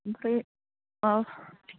ओमफ्राय माबा